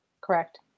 correct